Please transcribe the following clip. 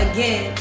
Again